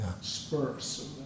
spurs